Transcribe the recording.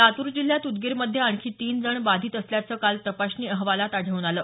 लातूर जिल्ह्यात उदगीरमध्ये आणखी तीन जण बाधित असल्याचं काल तपासणी अहवालात आढळून आलं